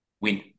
win